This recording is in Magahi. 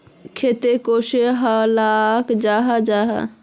खेत किसोक कहाल जाहा जाहा?